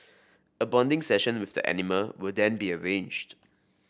a bonding session with the animal will then be arranged